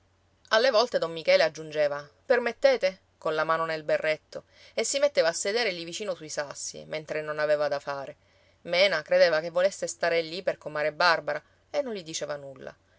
alle volte don michele aggiungeva permettete colla mano nel berretto e si metteva a sedere lì vicino sui sassi mentre non aveva da fare mena credeva che volesse stare lì per comare barbara e non gli diceva nulla